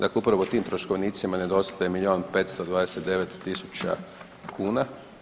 Dakle upravo tim troškovnicima nedostaje milion 529 tisuća kuna.